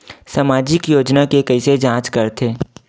सामाजिक योजना के कइसे जांच करथे?